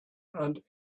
and